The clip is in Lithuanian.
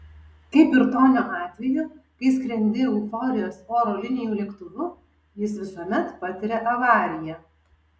kaip ir tonio atveju kai skrendi euforijos oro linijų lėktuvu jis visuomet patiria avariją